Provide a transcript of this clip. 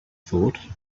thought